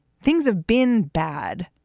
things have been bad,